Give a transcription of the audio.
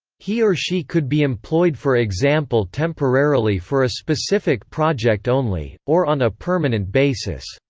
he or she could be employed for example temporarily for a specific project only, or on a permanent basis.